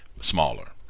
smaller